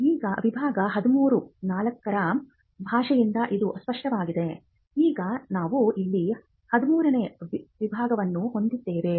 ಈಗ ವಿಭಾಗ 13 ರ ಭಾಷೆಯಿಂದ ಇದು ಸ್ಪಷ್ಟವಾಗಿದೆ ಈಗ ನಾವು ಇಲ್ಲಿ 13 ನೇ ವಿಭಾಗವನ್ನು ಹೊಂದಿದ್ದೇವೆ